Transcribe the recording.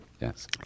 Yes